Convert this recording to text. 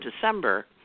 December